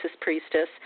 priestess